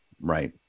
Right